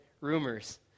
rumors